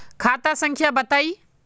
खाता संख्या बताई?